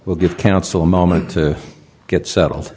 will give counsel a moment to get settled